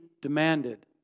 demanded